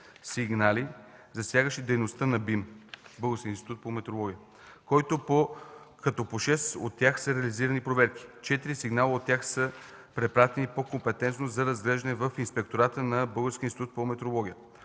сигнала, засягащи дейността на БИМ, като по 6 от тях са реализирани проверки. Четири сигнала от тях са препратени по компетентност за разглеждане в Инспектората на